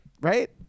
right